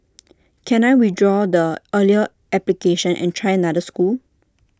can I withdraw the earlier application and try another school